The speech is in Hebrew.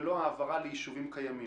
ולא העברה ליישובים קיימים.